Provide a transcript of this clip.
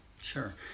Sure